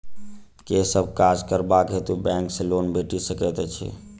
केँ सब काज करबाक हेतु बैंक सँ लोन भेटि सकैत अछि?